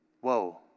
Whoa